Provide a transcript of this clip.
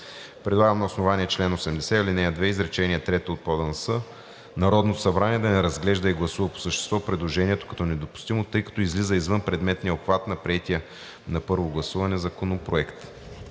Предлага на основание чл. 80, ал. 2, изречение 3 от ПОДНС Народното събрание да не разглежда и гласува по същество предложението като недопустимо, тъй като излиза извън предметния обхват на приетия на първо гласуване законопроект.